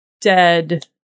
dead